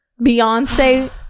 beyonce